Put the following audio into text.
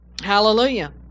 Hallelujah